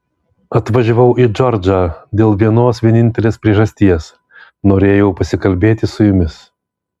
atvažiavau į džordžą dėl vienos vienintelės priežasties norėjau pasikalbėti su jumis